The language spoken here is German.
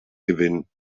gewinn